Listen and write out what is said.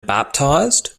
baptized